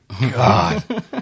God